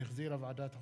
שהחזירה ועדת החוקה,